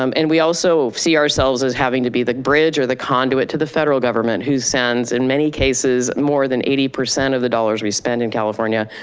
um and we also see ourselves as having to be the bridge or the conduit to the federal government who sends in many cases, more than eighty percent of the dollars we spend in california,